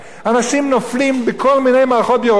אנשים נופלים בכל מיני מערכות ביורוקרטיות